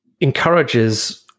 encourages